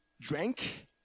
drank